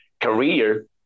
career